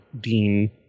Dean